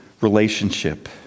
relationship